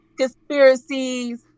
conspiracies